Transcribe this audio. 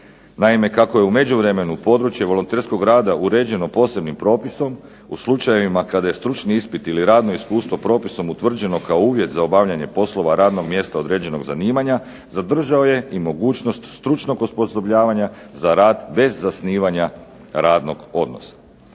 Naime, kako je u međuvremenu područje volonterskog rada uređeno posebnim propisom u slučajevima kada je stručni ispit ili radno iskustvo propisom utvrđeno kao uvjet za obavljanje poslova za radno mjesto određenog zanimanja, zadržao je i mogućnost stručnog osposobljavanja za rad bez zasnivanja radnog odnosa.